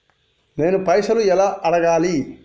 నేను పైసలు ఎలా అడగాలి?